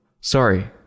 Sorry